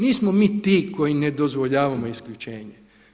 Nismo mi ti koji ne dozvoljavamo isključenje.